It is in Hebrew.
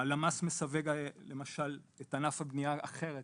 הלמ"ס מסווג למשל את ענף הבנייה אחרת